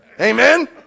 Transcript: Amen